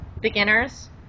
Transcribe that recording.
beginners